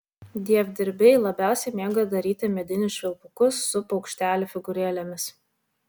dievdirbiai labiausiai mėgo daryti medinius švilpukus su paukštelių figūrėlėmis